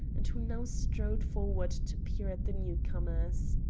and who now strode forward to peer at the newcomers.